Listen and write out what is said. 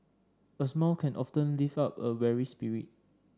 a smile can often lift up a weary spirit